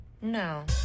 No